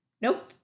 Nope